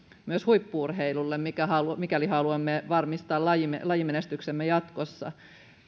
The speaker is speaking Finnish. myös huippu urheilulle mikäli haluamme varmistaa lajimenestyksemme jatkossa